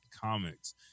Comics